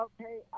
okay